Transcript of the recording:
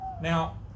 Now